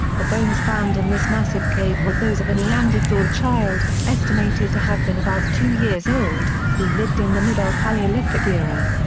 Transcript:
the bones found in this massive cave were those of a neanderthal child, estimated to have been about two years old, who lived in the middle palaeolithic era.